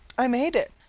i made it.